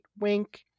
wink